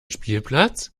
spielplatz